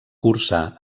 cursà